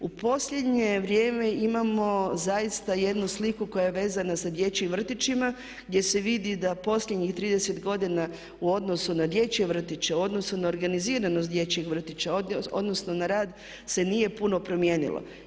U posljednje vrijeme imamo zaista jednu sliku koja je vezana sa dječjim vrtićima gdje se vidi da posljednjih 30 godina u odnosu na dječje vrtiće, u odnosu na organiziranost dječjih vrtića, u odnosu na rad se nije puno promijenilo.